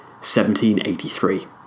1783